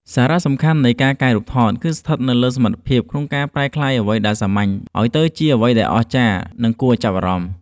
សារៈសំខាន់នៃការកែរូបថតគឺស្ថិតនៅលើសមត្ថភាពក្នុងការប្រែក្លាយអ្វីដែលសាមញ្ញឱ្យទៅជាអ្វីដែលអស្ចារ្យ និងគួរឱ្យចាប់អារម្មណ៍។